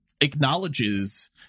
acknowledges